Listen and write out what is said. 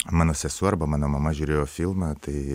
mano sesuo arba mano mama žiūrėjo filmą tai